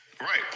right